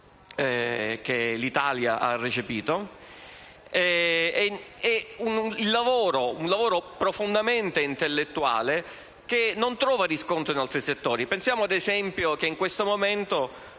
che l'Italia ha recepito. Il suo è un lavoro profondamente intellettuale, che non trova riscontro in altri settori. Eppure, si pensi che in questo momento